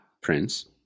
prince